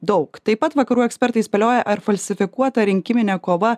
daug taip pat vakarų ekspertai spėlioja ar falsifikuota rinkiminė kova